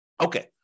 Okay